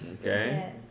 Okay